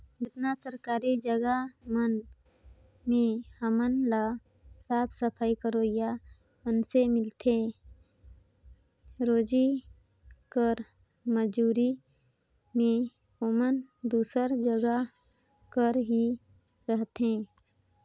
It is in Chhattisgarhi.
जेतना सरकारी जगहा मन में हमन ल साफ सफई करोइया मइनसे मिलथें रोजी कर मंजूरी में ओमन दूसर जगहा कर ही रहथें